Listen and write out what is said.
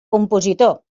compositor